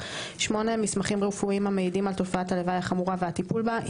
(8) מסמכים רפואיים המעידים על תופעת הלוואי החמורה והטיפול בה,